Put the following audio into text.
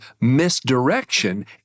misdirection